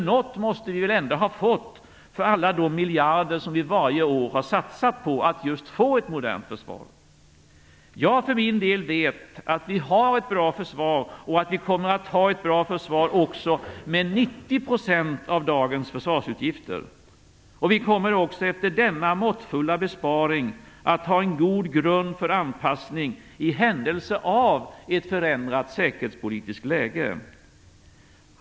Något måste vi väl ändå ha fått för alla de miljarder som vi varje år har satsat på att just få ett modernt försvar. Jag för min del vet att vi har ett bra försvar och att vi kommer att ha ett bra försvar också med 90 % av dagens försvarsutgifter. Vi kommer också efter denna måttfulla besparing att ha en god grund för anpassning i händelse av ett förändrat säkerhetspolitiskt läge.